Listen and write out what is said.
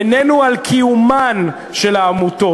איננו על קיומן של העמותות.